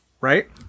right